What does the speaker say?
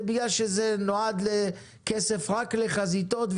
שהכסף נועד רק לחזיתות,